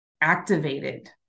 activated